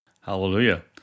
Hallelujah